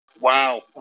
Wow